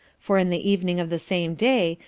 for in the evening of the same day,